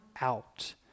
out